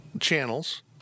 channels